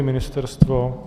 Ministerstvo?